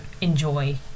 enjoy